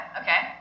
okay